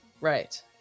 Right